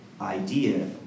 idea